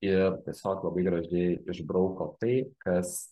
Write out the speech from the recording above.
ir tiesiog labai gražiai išbrauko tai kas